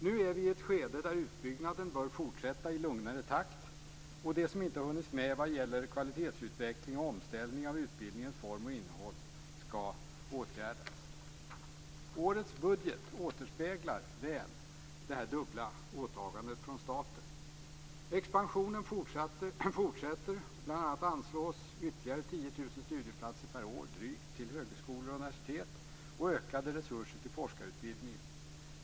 Nu är vi i ett skede där utbyggnaden bör fortsätta i lugnare takt, och det som inte har hunnits med vad gäller kvalitetsutveckling och omställning av utbildningens form och innehåll ska åtgärdas. Årets budget återspeglar väl detta dubbla åtagande från staten. Expansionen fortsätter. Bl.a. anslås ytterligare drygt 10 000 studieplatser per år till högskolor och universitet och ökade resurser till forskarutbildningen.